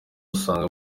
usanga